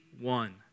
one